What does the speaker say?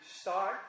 start